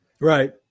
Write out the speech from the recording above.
Right